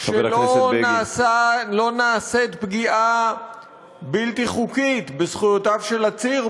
שלא נעשית פגיעה בלתי חוקית בזכויותיו של עציר,